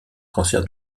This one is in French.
cancer